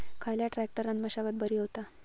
खयल्या ट्रॅक्टरान मशागत बरी होता?